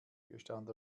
gestand